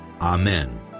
Amen